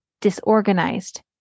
disorganized